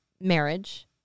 marriage